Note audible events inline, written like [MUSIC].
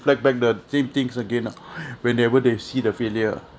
reflect back the same thinks again ah [NOISE] whenever they see the failure